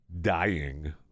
dying